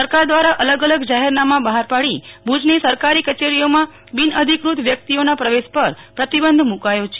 સરકાર દ્વારા અલગ અલગ જાહેરનામાં બહાર પાડી ભુજની સરકારી કચેરીઓમાં બિનઅધિકૃત વ્યક્તિઓના પ્રવેશ પર પ્રતિબંધ મુકાયો છે